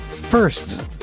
first